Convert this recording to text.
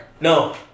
No